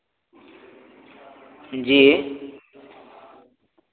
जी